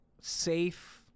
safe